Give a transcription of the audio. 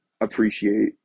appreciate